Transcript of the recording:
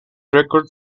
record